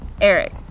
Eric